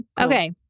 okay